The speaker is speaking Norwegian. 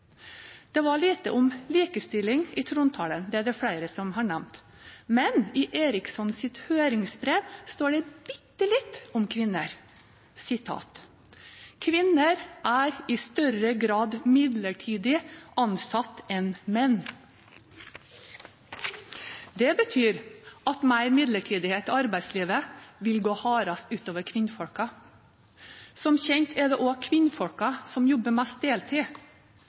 Det var lite om likestilling i trontalen – det er det flere som har nevnt. Men i Erikssons høringsbrev står det bitte litt om kvinner, nemlig at kvinner er i større grad midlertidig ansatt enn menn. Det betyr at mer midlertidighet i arbeidslivet vil gå hardest ut over kvinnene. Som kjent er det også kvinnene som jobber mest deltid.